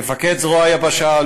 מפקד זרוע היבשה,